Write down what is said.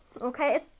Okay